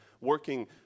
working